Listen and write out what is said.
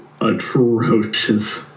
atrocious